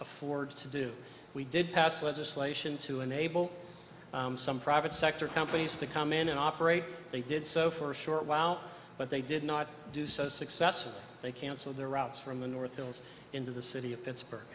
afford to do we did pass legislation to enable some private sector companies to come in and operate they did so for a short while but they did not do so successfully they canceled their routes from the north wales into the city of pittsburgh